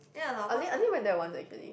only only went there once actually